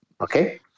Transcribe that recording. okay